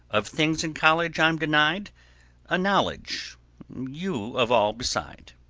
of things in college i'm denied a knowledge you of all beside.